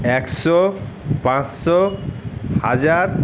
একশো পাঁচশো হাজার